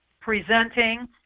presenting